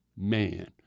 man